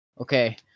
Okay